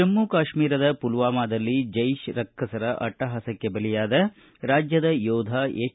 ಜಮ್ಮು ಕಾಶ್ಮೀರದ ಪುಲ್ವಾಮಾದಲ್ಲಿ ಜೈತ್ ರಕ್ಷಸರ ಅಟ್ಟಹಾಸಕ್ಕೆ ಬಲಿಯಾದ ರಾಜ್ಯದ ಯೋಧ ಎಚ್